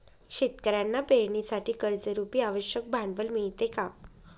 शेतकऱ्यांना पेरणीसाठी कर्जरुपी आवश्यक भांडवल मिळते का?